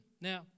Now